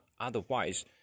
otherwise